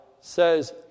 says